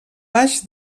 baix